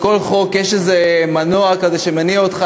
לכל חוק יש איזה מנוע כזה שמניע אותך,